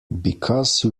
because